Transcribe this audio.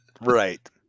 Right